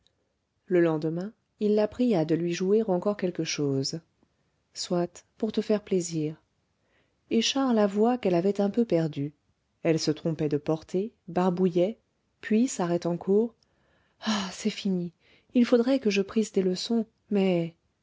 le lendemain il la pria de lui jouer encore quelque chose soit pour te faire plaisir et charles avoua qu'elle avait un peu perdu elle se trompait de portée barbouillait puis s'arrêtant court ah c'est fini il faudrait que je prisse des leçons mais